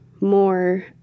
more